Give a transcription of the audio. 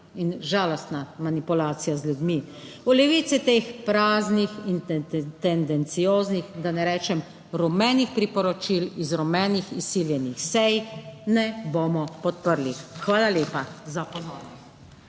in žalostna manipulacija z ljudmi. V Levici teh praznih in tendencioznih, da ne rečem rumenih priporočil iz rumenih izsiljenih sej ne bomo podprli. Hvala lepa za pozornost.